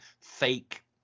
fake